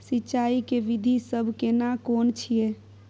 सिंचाई के विधी सब केना कोन छिये?